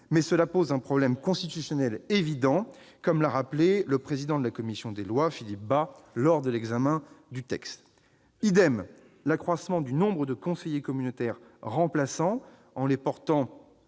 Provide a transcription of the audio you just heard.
mais cela pose un problème constitutionnel évident, comme l'a rappelé le président de la commission des lois, M. Philippe Bas, lors de l'examen du texte en commission. De même, l'accroissement du nombre de conseillers communautaires remplaçants, porté